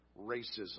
racism